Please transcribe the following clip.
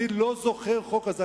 אני לא זוכר חוק כזה.